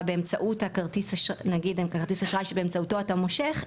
באמצעות כרטיס אשראי שבאמצעותו אתה מושך,